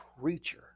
creature